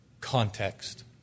context